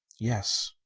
yes.